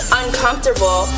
uncomfortable